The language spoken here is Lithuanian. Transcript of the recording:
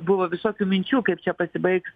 buvo visokių minčių kaip čia pasibaigs